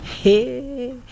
Hey